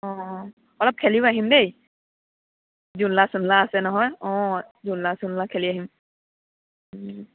অঁ অলপ খেলিও আহিম দেই জোলনা চোলনা আছে নহয় অঁ জোলনা চোলনা খেলি আহিম